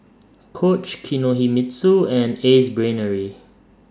Coach Kinohimitsu and Ace Brainery